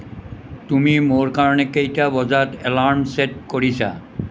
তুমি মোৰ কাৰণে কেইটা বজাত এলাৰ্ম ছে'ট কৰিছা